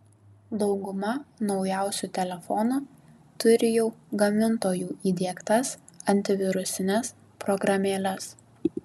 dauguma naujausių telefonų turi jau gamintojų įdiegtas antivirusines programėles